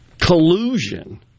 collusion